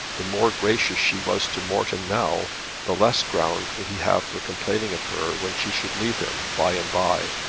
the more gracious she was to morton now the less ground would he have for complaining of her when she should leave him by-and-by.